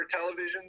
television